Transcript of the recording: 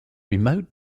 remote